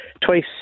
twice